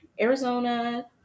Arizona